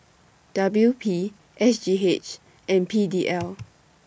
W P S G H and P D L